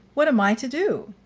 what am i to do?